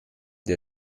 der